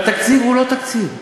והתקציב הוא לא תקציב.